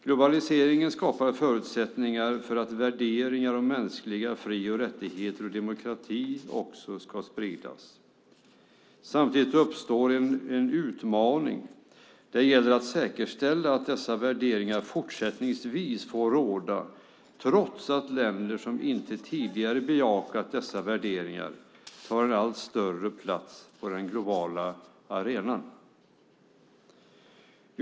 Globaliseringen skapar förutsättningar för att värderingar av mänskliga fri och rättigheter och demokrati också ska spridas. Samtidigt uppstår en utmaning. Det gäller att säkerställa att dessa värderingar fortsättningsvis får råda trots att länder som inte tidigare bejakat dessa värderingar tar en allt större plats på den globala arenan.